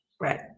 Right